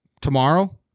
tomorrow